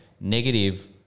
negative